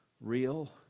real